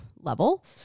level